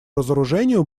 разоружению